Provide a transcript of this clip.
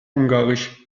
ungarisch